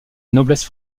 noblesse